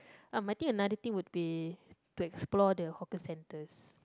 uh I think the another thing would be to explore the hawker centres